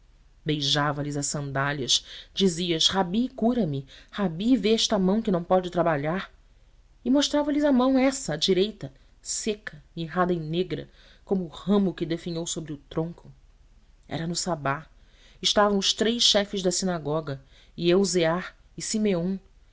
beijavas lhe as sandálias dizias rabi cura me rabi vê esta mão que não pode trabalhar e mostravas lhe a mão essa a direita seca mirrada e negra como o ramo que definhou sobre o tronco era no sabá estavam os três chefes da sinagoga e elzéar e